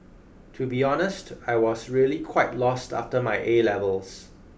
to be honest I was really quite lost after my A levels